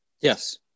Yes